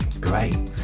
great